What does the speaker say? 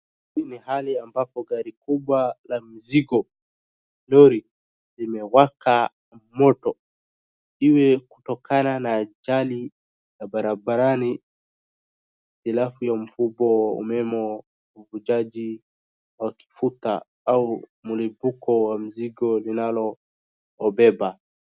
Hii ni hali ambapo gari kubwa la mizigo, lori, limewaka moto, iwe kutokana na ajali ya barabarani, hitilafu ya mfumo, umeme, uhojaji wa mafuta au mlipuko wa mizigo linalobeba.